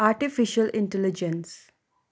artificial intelligence